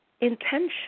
intention